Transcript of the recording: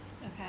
Okay